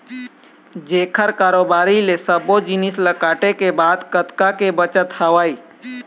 जेखर कारोबारी ले सब्बो जिनिस ल काटे के बाद कतका के बचत हवय